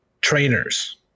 trainers